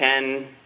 ten